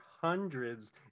hundreds